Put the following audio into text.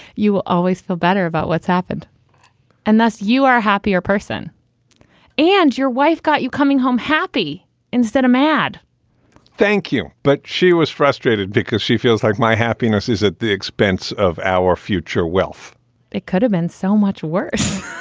you will always feel better about what's happened and thus you are happier person and your wife got you coming home happy instead of mad thank you. but she was frustrated because she feels like my happiness is at the expense of our future wealth it could've been so much worse.